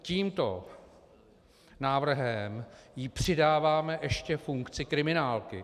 Tímto návrhem jí přidáváme ještě funkci kriminálky.